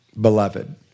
beloved